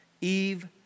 Eve